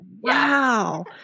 Wow